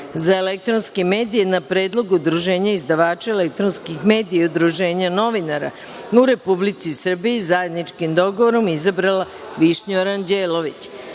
za elektronske medije na predlog udruženja izdavača elektronskih medija i udruženja novinara u Republici Srbiji, zajedničkim dogovorom. Kandidati su Biljana Ratković